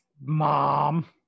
mom